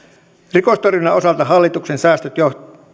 rikostorjunnan osalta hallituksen säästöt johtavat